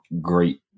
great